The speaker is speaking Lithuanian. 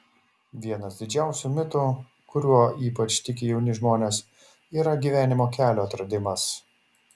vienas didžiausių mitu kuriuo ypač tiki jauni žmonės yra gyvenimo kelio atradimas